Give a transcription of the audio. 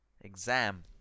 exam